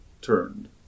turned